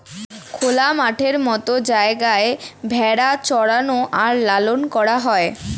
খোলা মাঠের মত জায়গায় ভেড়া চরানো আর লালন করা হয়